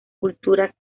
culturas